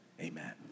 amen